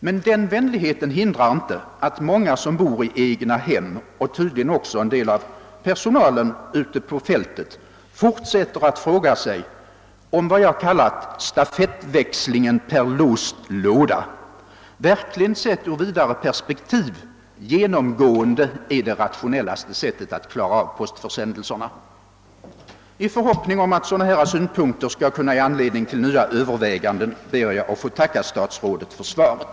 Men den vänligheten hindrar inte att många som bor i egnahem, och tydligen också en del av personalen ute på fältet, fortsätter att fråga sig om vad jag kallat »stafettväxlingen per låst låda» sedd ur ett vidare perspektiv genomgående verkligen är det rationellaste sättet att klara av postförsändelserna. I förhoppning om att sådana här synpunkter skall kunna ge anledning till nya överväganden ber jag att få tacka statsrådet för svaret.